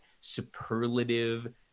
superlative